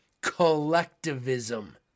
collectivism